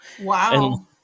wow